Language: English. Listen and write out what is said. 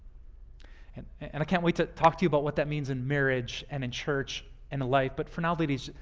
and and i can't wait to talk to you about what that means in marriage and in church and in life. but for now, ladies,